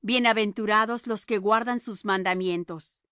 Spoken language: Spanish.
bienaventurados los que guardan sus mandamientos